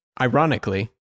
ironically